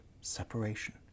separation